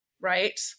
right